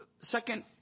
Second